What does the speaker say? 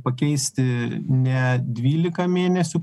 pakeisti ne dvylika mėnesių